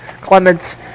Clements